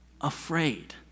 afraid